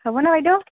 হ'বনা বাইদেউ